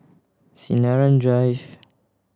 Sinaran Drive